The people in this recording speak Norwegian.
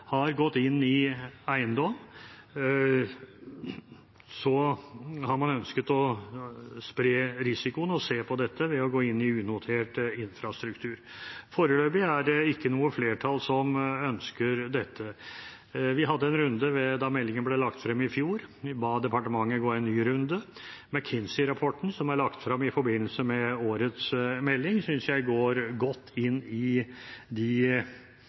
har gått inn i eiendom, og så har man ønsket å spre risikoen og se på dette ved å gå inn i unotert infrastruktur. For øvrig er det ikke noe flertall som ønsker dette. Vi hadde en runde da meldingen ble lagt frem i fjor. Vi ba departementet gå en ny runde. McKinsey-rapporten som er lagt frem i forbindelse med årets melding, synes jeg går godt inn i de